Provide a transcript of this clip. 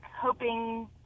hoping